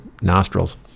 nostrils